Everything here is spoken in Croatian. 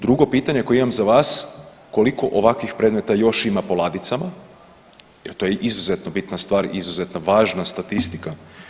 Drugo pitanje koje imam za vas, koliko ovakvih predmeta još ima po ladicama jer to je izuzetno bitna stvar i izuzetno važna statistika?